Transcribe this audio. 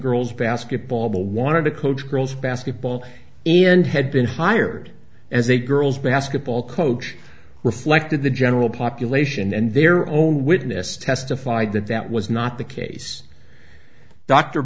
girls basketball wanted to coach girls basketball and had been hired as a girls basketball coach reflected the general population and their own witness testified that that was not the case dr